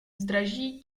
zdraží